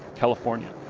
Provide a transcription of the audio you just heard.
california.